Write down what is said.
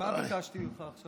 תהיה תמיד לימיני רק.